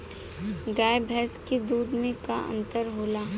गाय भैंस के दूध में का अन्तर होला?